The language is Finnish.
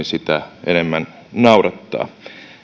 sitä enemmän naurattaa